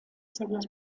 serias